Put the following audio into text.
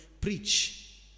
preach